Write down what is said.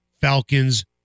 Falcons